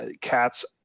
Cats